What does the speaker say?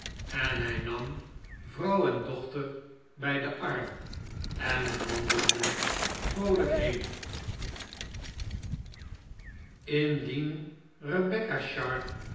en hij nam vrouw en dochter bij den arm en wandelde vroolijk heen indien rebecca sharp